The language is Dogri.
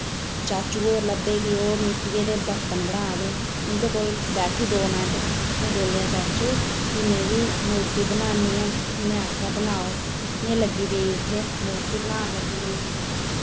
चाचू होर लब्भे कि ओह् मिट्टियै दे बर्तन बना दे उंदे कोल बैठी दो मैंट इयां बोल्लेआ चाचू कि में बी मूर्ति बनान्नी आं उ'नै आखेआ बनाओ में लग्गी पेई उत्थै मूर्ति बनान लग्गी पेई